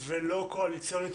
זה אולי המינוי המקצועי ביותר,